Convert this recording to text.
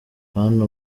bantu